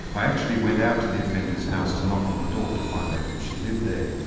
i actually went out to the offender's house to knock on the door to find out if she lived there.